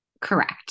Correct